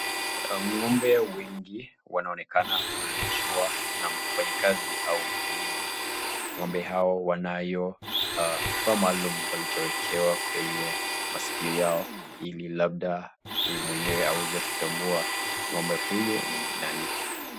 Ng'ombe wengi wanaonekana kulishwa na mfanyikazi au mkulima. Ng'ombe hawa wanayokifaa maalum walichowekewa kwenye maskio yao ili labda mwenyewe aweze kutambua ng'ombe huyu ni nani.